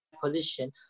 position